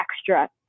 extra